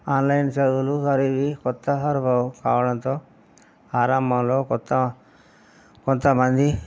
online చదువులు అరివి కొత్తహరభ కావడంతో ఆరంభంలో క్రొత్త కొంతమంది